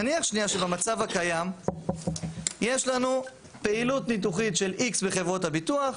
נניח שנייה שבמצב הקיים יש לנו פעילות ניתוחית שלX בחברות הביטוח,